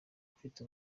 ufite